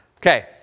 Okay